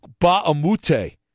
Baamute